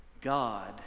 God